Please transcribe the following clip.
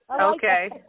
Okay